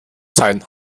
sein